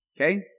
okay